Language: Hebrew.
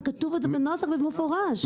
וכתוב את זה בנוסח במפורש.